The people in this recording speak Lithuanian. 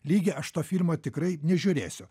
lygį aš to filmo tikrai nežiūrėsiu